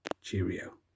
cheerio